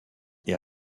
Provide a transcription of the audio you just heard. est